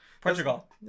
Portugal